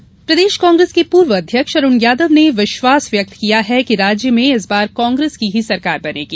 अरुण पीसी प्रदेश कांग्रेस के पूर्व अध्यक्ष अरुण यादव ने विश्वास व्यक्त किया है कि राज्य में इस बार कांग्रेस की ही सरकार बनेगी